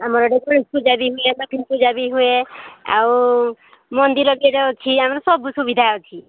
ଆମର ଏଠି ଗଣେଶପୂଜା ବି ହୁଏ ଲକ୍ଷ୍ମୀପୂଜା ବି ହୁଏ ଆଉ ମନ୍ଦିର କେଇଟା ଅଛି ଆମର ସବୁ ସୁବିଧା ଅଛି